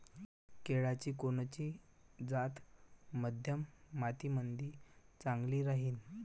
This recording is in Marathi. केळाची कोनची जात मध्यम मातीमंदी चांगली राहिन?